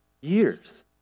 years